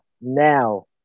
now